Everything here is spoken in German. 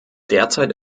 derzeit